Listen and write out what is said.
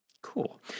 Cool